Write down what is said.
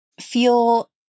feel